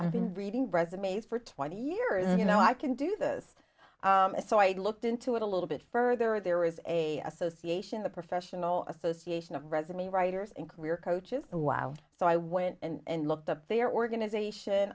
i've been reading resumes for twenty years you know i can do this so i looked into it a little bit further there is a association the professional association of resume writers and career coaches a while so i went and looked up their organization